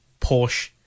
Porsche